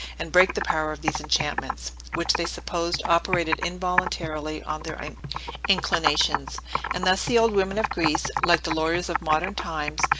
and break the power of these enchantments, which they supposed operated involuntarily on their um inclinations and thus the old women of greece, like the lawyers of modern times,